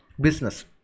business